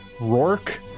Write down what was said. Rourke